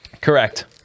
Correct